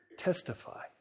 testify